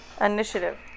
Initiative